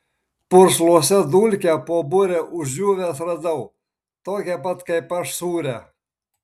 pursluose dulkę po bure išdžiūvęs radau tokią pat kaip aš sūrią